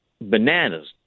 bananas